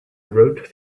rode